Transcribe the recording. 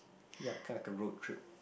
ya kinda like a road trip